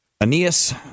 Aeneas